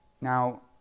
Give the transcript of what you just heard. Now